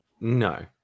No